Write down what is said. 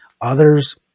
others